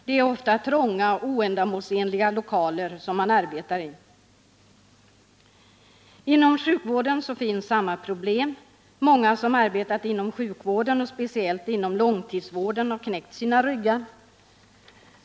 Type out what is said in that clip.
Det är ofta trånga och oändamålsenliga lokaler man får arbeta i. Inom sjukvården finns samma problem. Många som arbetat inom sjukvården, speciellt inom långtidssjukvården, har knäckt sina ryggar.